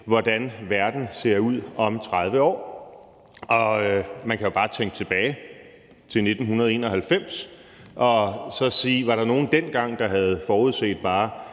hvordan verden ser ud om 30 år, og man kan jo bare tænke tilbage til 1991 og så spørge: Var der nogen dengang, der havde forudset bare